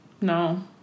No